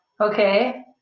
Okay